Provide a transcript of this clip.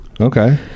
Okay